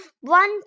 one